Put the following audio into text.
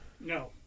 No